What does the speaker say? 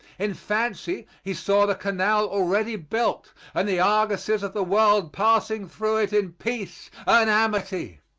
in fancy he saw the canal already built and the argosies of the world passing through it in peace and amity.